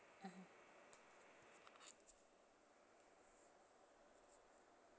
mmhmm